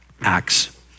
Acts